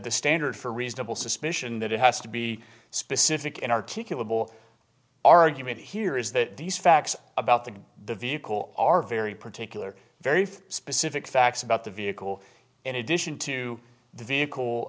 standard for reasonable suspicion that it has to be specific and articulable argument here is that these facts about the the vehicle are very particular very specific facts about the vehicle in addition to the